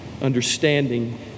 understanding